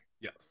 Yes